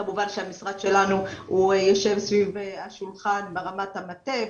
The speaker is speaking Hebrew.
כמובן שהמשרד שלנו יושב סביב השולחן ברמת המטה,